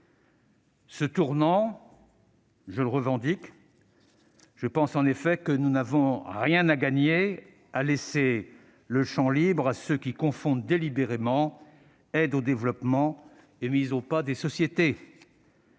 Ce tournant, je le revendique : je pense, en effet, que nous n'avons rien à gagner à laisser le champ libre à ceux qui confondent délibérément aide au développement et mise au pas des sociétés.